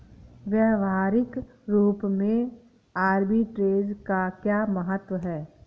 व्यवहारिक रूप में आर्बिट्रेज का क्या महत्व है?